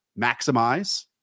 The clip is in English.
maximize